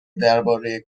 درباره